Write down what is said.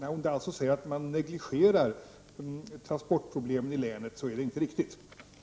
När Ragnhild Pohanka säger att man negligerar transportproblemet i länet, är detta inte riktigt sant.